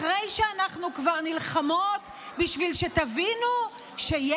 אחרי שאנחנו כבר נלחמות בשביל שתבינו שיש